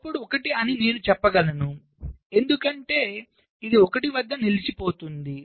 output 1 అని నేను చెప్పగలను ఎందుకంటే ఇది 1 వద్ద నిలిచిపోతుంది